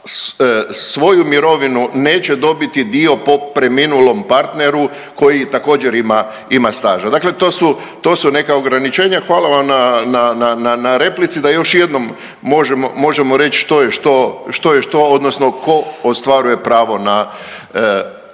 svoju mirovinu neće dobiti dio po preminulom partneru koji također ima, ima staža. Dakle, to su, to su neka ograničenja. Hvala vam na, na replici da još jednom možemo reći što je što, što je što odnosno tko ostvaruje pravo na